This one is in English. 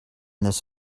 this